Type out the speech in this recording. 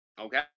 Okay